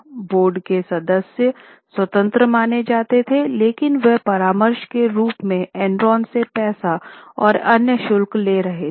board के सदस्य स्वतंत्र माने जाते थे लेकिन वे परामर्श के रूप में एनरॉन से पैसा और अन्य शुल्क ले रहे थे